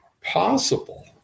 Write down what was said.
possible